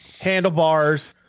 handlebars